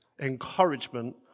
encouragement